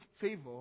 favor